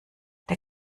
der